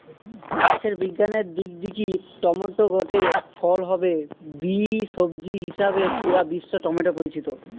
গাছের বিজ্ঞানের দিক দিকি টমেটো গটে ফল হলে বি, সবজি হিসাবেই পুরা বিশ্বে টমেটো পরিচিত